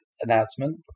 announcement